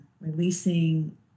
releasing